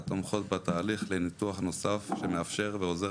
אתה מוכן בתהליך לניתוח נוסף שמאפשר ועוזר